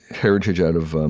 heritage out of